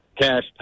cash